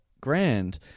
grand